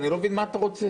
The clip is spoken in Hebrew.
אני לא מבין מה אתה רוצה.